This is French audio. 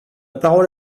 parole